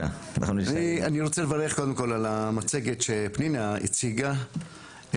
אני רוצה לברך קודם על המצגת שפנינה הציגה,